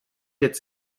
its